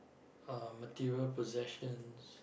uh material possessions